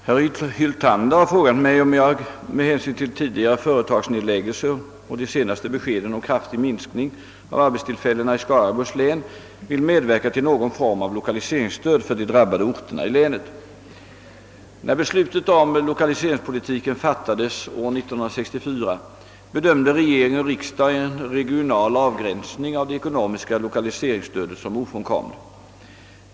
Herr talman! Herr Hyltander har frågat mig, om jag med hänsyn till tidigare företagsnedläggelser och de senaste beskeden om kraftig minskning av arbetstillfällena i Skaraborgs län vill medverka till någon form av lokaliseringsstöd för de drabbade orterna i länet. När beslutet om lokaliseringspolitiken fattades år 1964 bedömde regering och riksdag en regional avgränsning av det ekonomiska lokaliseringsstödet som ofrånkomlig.